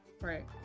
right